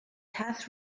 has